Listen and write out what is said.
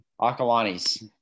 Akalani's